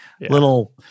little